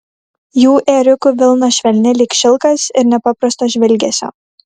jų ėriukų vilna švelni lyg šilkas ir nepaprasto žvilgesio